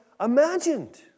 imagined